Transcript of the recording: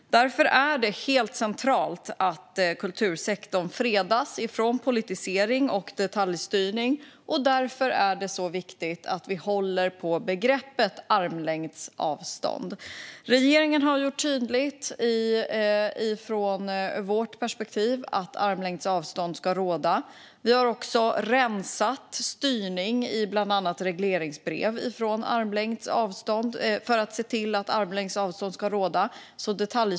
Det är därför helt centralt att kultursektorn fredas från politisering och detaljstyrning, och därför är det så viktigt att vi håller på begreppet armlängds avstånd. Regeringen har gjort tydligt från vårt perspektiv att armlängds avstånd ska råda. Vi har också rensat bort detaljstyrning från bland annat regleringsbrev för att se till att armlängds avstånd ska råda.